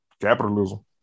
Capitalism